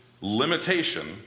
limitation